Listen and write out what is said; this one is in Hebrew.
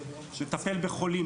נטפל בחולים,